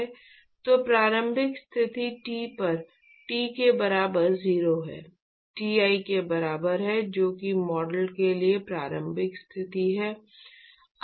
तो प्रारंभिक स्थिति T पर t के बराबर 0 है Ti के बराबर है जो कि मॉडल के लिए प्रारंभिक स्थिति है